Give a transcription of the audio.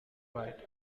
write